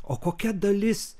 o kokia dalis